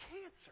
cancer